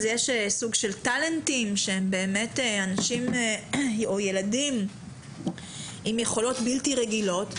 אז יש סוג של טלנטים שהם באמת אנשים או ילדים עם יכולות בלתי רגילות,